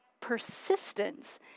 persistence